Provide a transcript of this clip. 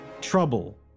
trouble